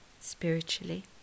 spiritually